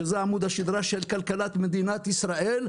שזה עמוד השדרה של כלכלת מדינת ישראל,